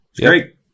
great